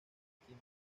joaquín